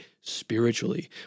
spiritually